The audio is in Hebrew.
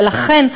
ולכן,